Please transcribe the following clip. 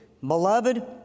Beloved